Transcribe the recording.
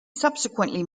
subsequently